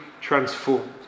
transformed